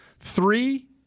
Three